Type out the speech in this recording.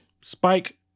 Spike